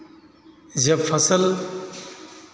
जब फसल